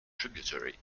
tributary